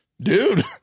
dude